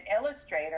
illustrator